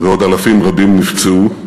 ועוד אלפים רבים נפצעו.